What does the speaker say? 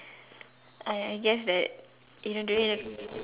I I guess that you know during the